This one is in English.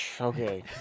Okay